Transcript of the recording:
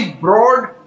broad